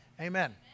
Amen